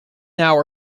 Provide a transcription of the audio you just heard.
now